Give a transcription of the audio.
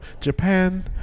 Japan